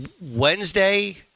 Wednesday